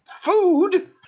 food